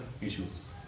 issues